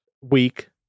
week